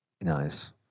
Nice